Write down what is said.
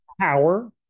power